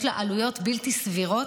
יש לו עלויות בלתי סבירות,